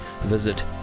visit